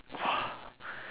!wah!